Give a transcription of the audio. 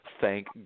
thank